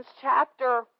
chapter